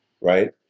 right